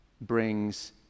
brings